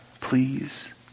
please